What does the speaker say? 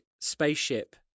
spaceship